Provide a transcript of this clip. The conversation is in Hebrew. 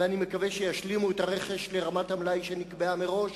ואני מקווה שישלימו את הרכש לרמת המלאי שנקבעה מראש,